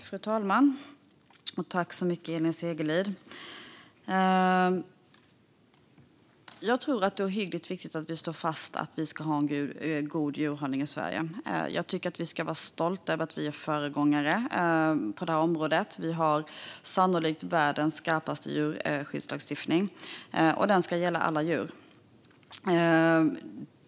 Fru talman! Jag tror att det är ohyggligt viktigt att vi står fast vid att vi ska ha en god djurhållning i Sverige. Jag tycker att vi ska vara stolta över att vi är föregångare på detta område. Vi har sannolikt världens skarpaste djurskyddslagstiftning, och den ska gälla alla djur.